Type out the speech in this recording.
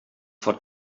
for